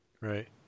Right